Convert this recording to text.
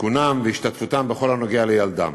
עדכונם והשתתפותם בכל הנוגע לילדם.